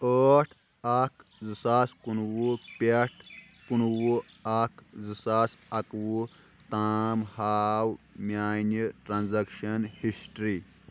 ٲٹھ اکھ زٕ ساس کُنوہ پٮ۪ٹھٕ کُنوہ اکھ زٕ ساس اکہٕ وُہ تام ہاو میانہِ ٹرانزیکشن ہسٹری